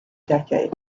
decade